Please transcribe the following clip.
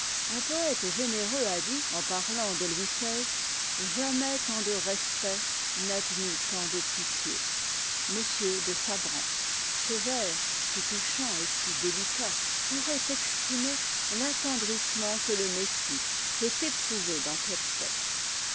un poëte généreux a dit en parlant de louis xvi jamais tant de respect n'admit tant de pitié ce vers si touchant et si délicat pourrait exprimer l'attendrissement que le messie fait éprou ver dans klopstock